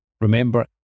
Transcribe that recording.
Remember